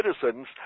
citizens